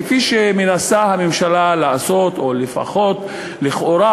כפי שמנסה הממשלה לעשות, או לפחות לכאורה: